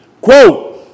Quote